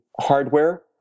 hardware